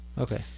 Okay